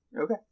Okay